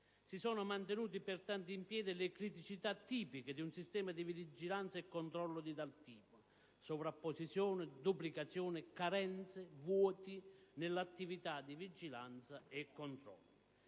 Si sono mantenute, pertanto, in piedi le criticità tipiche di un sistema di vigilanza e controllo di tale tipo: sovrapposizioni, duplicazioni, carenze, vuoti nell'attività di vigilanza e controllo.